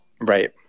Right